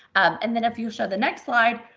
and then if you show the next slide.